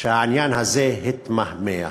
שהעניין הזה התמהמה.